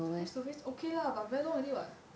face to face okay lah but very long already [what]